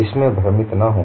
इसमें भ्रमित न हों